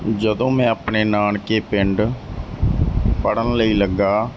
ਜਦੋਂ ਮੈਂ ਆਪਣੇ ਨਾਨਕੇ ਪਿੰਡ ਪੜ੍ਹਨ ਲਈ ਲੱਗਾ